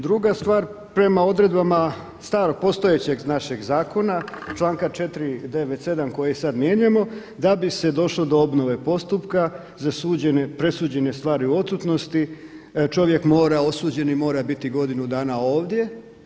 Druga stvar prema odredbama starog postojećeg našeg zakona članka 497. koji sad mijenjamo da bi se došlo do obnove postupka za presuđene stvari u odsutnosti čovjek mora, osuđeni mora biti godinu dana ovdje.